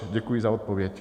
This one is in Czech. Děkuji za odpověď.